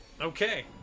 Okay